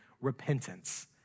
Repentance